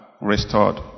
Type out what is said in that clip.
restored